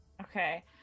Okay